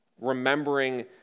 remembering